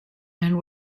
and